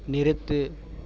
நிறுத்து